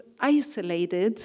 isolated